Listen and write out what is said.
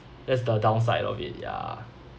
that's the downside of it ya